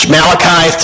Malachi